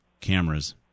cameras